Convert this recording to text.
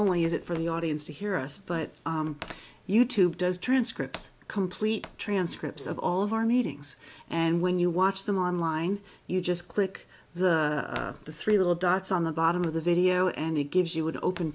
only is it for the audience to hear us but youtube does transcript complete transcripts of all of our meetings and when you watch them online you just click the three little dots on the bottom of the video and it gives you would open